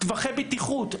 טווחי בטיחות,